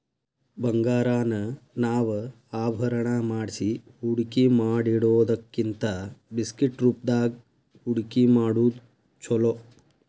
ಬಂಗಾರಾನ ನಾವ ಆಭರಣಾ ಮಾಡ್ಸಿ ಹೂಡ್ಕಿಮಾಡಿಡೊದಕ್ಕಿಂತಾ ಬಿಸ್ಕಿಟ್ ರೂಪ್ದಾಗ್ ಹೂಡ್ಕಿಮಾಡೊದ್ ಛೊಲೊ